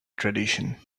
tradition